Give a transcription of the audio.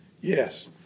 Yes